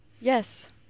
Yes